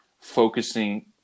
focusing